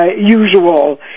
usual